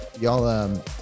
Y'all